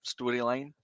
storyline